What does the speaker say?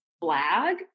flag